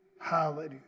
hallelujah